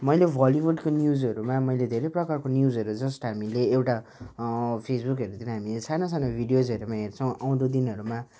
मैले बलिउडको न्युजहरूमा मैले धेरै प्रकारको न्युजहरू जस्ट हामीले एउटा फेसबुकहरूतिर हामी साना साना भिडियोजहरूमा हेर्छौँ आउँदो दिनहरूमा